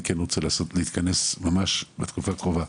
רוצה לנסות להתכנס ממש בתקופה הקרובה,